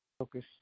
focus